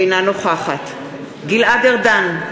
אינה נוכחת גלעד ארדן,